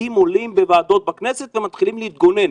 פקידים שעולים בוועדות בכנסת ומתחילים להתגונן,